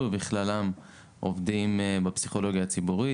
ובכללם עובדים בפסיכולוגיה הציבורית.